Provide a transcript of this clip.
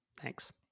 Thanks